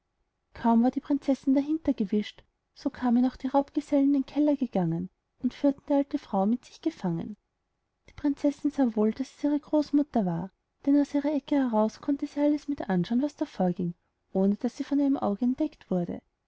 kaum war die prinzessin dahinter gewischt so kommen auch die raubgesellen in den keller gegangen und führten eine alte frau mit sich gefangen die prinzessin sah wohl daß es ihre großmutter war denn aus ihrer ecke heraus konnte sie alles mit anschauen was da vorging ohne daß sie von einem auge bemerkt wurde